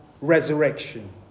resurrection